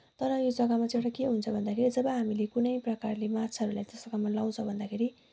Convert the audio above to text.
तर यो जग्गामा चाहिँ एउटा के हुन्छ भन्दाखेरि जब हामीले कुनै प्रकारले माछाहरूलाई त्यस्तो काममा लाउँछ भन्दाखेरि